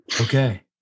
Okay